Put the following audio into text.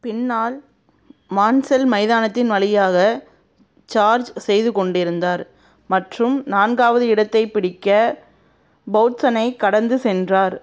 பின்னால் மான்செல் மைதானத்தின் வலியாக சார்ஜ் செய்து கொண்டிருந்தார் மற்றும் நான்காவது இடத்தைப் பிடிக்க பௌட்சனைக் கடந்து சென்றார்